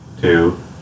two